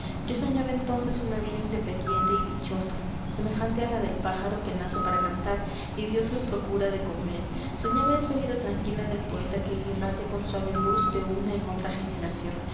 yo soñaba entonces una vida independiente y dichosa semejante á la del pájaro que nace para cantar y dios le procura de comer soñaba esa vida tranquila del poeta que irradia con suave luz de una en otra generación